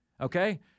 okay